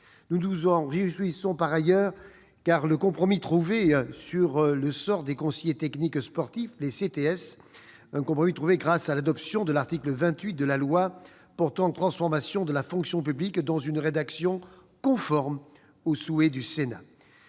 Nous nous réjouissons par ailleurs du compromis trouvé sur le sort des conseillers techniques sportifs, les CTS, grâce à l'adoption de l'article 28 du projet de loi de transformation de la fonction publique dans une rédaction conforme aux souhaits du Sénat.